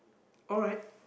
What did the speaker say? alright